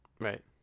Right